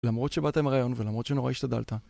למרות שבאת עם הרעיון ולמרות שנורא השתדלת.